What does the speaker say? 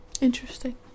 Interesting